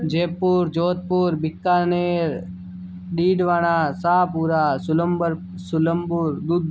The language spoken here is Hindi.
जयपुर जोधपुर बीकानेर डीडवाडा साहपुरा सुलमबूर